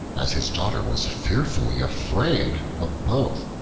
as his daughter was fearfully afraid of both.